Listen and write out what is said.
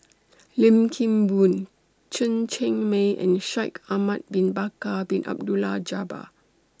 Lim Kim Boon Chen Cheng Mei and Shaikh Ahmad Bin Bakar Bin Abdullah Jabbar